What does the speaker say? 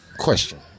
question